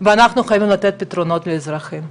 ואנחנו חייבים לתת פתרונות לאזרחים.